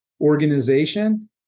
organization